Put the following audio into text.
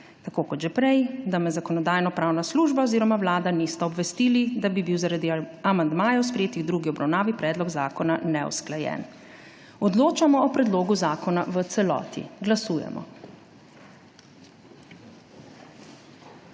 vas obveščam, da me Zakonodajno-pravna služba oziroma Vlada nista obvestili, da bi bil zaradi amandmajev, sprejetih v drugi obravnavi, predlog zakona neusklajen. Odločamo o predlogu zakona v celoti. Glasujemo.